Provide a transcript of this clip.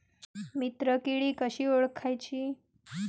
मित्र किडी कशी ओळखाची?